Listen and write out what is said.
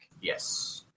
Yes